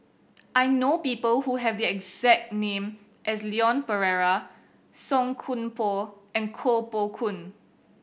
I know people who have the exact name as Leon Perera Song Koon Poh and Koh Poh Koon